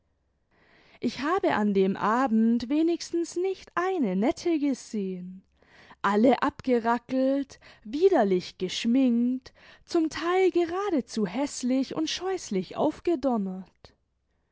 ich habe an dem abend wenigstens nicht eine nette gesehen alle abgerackelt widerlich geschminkt zum teil geradezu häßlich und scheußlich aufgedonnert